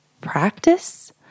practice